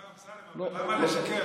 השר אמסלם, אבל למה לשקר?